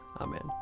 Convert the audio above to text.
Amen